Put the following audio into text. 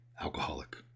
alcoholic